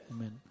Amen